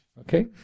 Okay